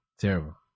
Terrible